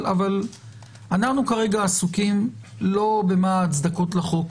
אבל אנחנו כרגע עסוקים לא במה הצדקות לחוק.